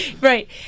right